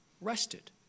rested